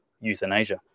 euthanasia